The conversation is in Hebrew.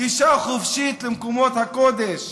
גישה חופשית למקומות הקודש